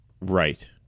Right